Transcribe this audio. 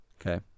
Okay